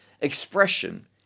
expression